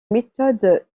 méthode